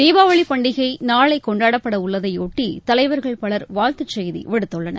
தீபாவளி பண்டிகை நாளை கொண்டாடப்படவுள்ளதையொட்டி தலைவர்கள் பலர் வாழ்த்துச் செய்தி விடுத்துள்ளன்